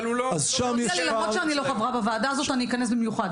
אבל הוא לא --- למרות שאני לא חברה בוועדה הזאת אני אכנס במיוחד.